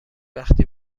وقتی